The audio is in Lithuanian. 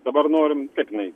dabar norim taip jinai